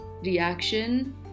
reaction